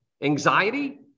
anxiety